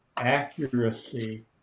accuracy